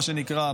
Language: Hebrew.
מה שנקרא,